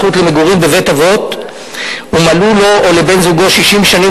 זכות למגורים בבית-אבות ומלאו לו או לבן-זוגו 60 שנים,